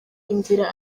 inzira